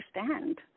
understand